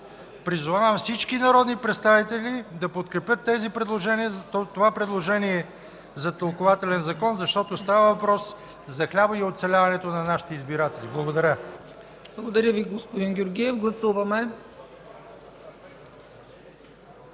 Призовавам всички народни представители да подкрепят това предложение за тълкувателен закон, защото става въпрос за хляба и оцеляването на нашите избиратели. Благодаря. ПРЕДСЕДАТЕЛ ЦЕЦКА ЦАЧЕВА: Благодаря Ви, господин Георгиев. Гласуваме.